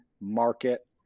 market